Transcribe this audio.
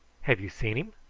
have you seen him?